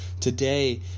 today